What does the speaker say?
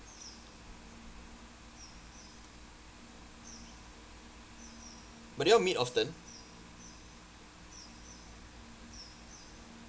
but do you all meet often